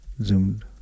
zoomed